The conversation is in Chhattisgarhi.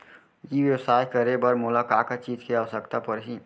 ई व्यवसाय करे बर मोला का का चीज के आवश्यकता परही?